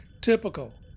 typical